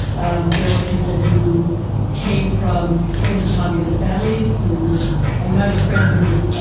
um there were people who came from anti-communist families who you know, i have a friend who's. ah